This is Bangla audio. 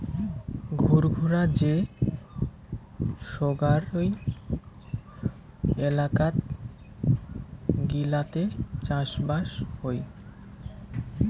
ঘুরঘুরা যে সোগায় এলাকাত গিলাতে চাষবাস হই